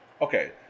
Okay